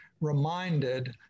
reminded